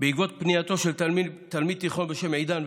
לסדר-היום בעקבות פנייתו של תלמיד תיכון בשם עידן,